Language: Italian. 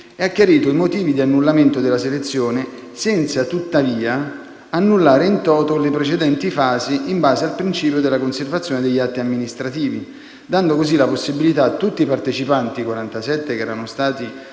2016, chiarendo i motivi di annullamento della selezione, senza tuttavia annullare *in toto* le precedenti fasi in base al principio della conservazione degli atti amministrativi, dando così la possibilità a tutti i partecipanti - i